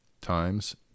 times